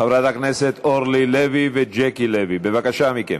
חברי הכנסת אורלי לוי וז'קי לוי, בבקשה מכם.